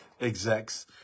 execs